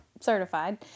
certified